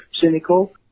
cynical